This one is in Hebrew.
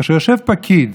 כאשר יושב פקיד,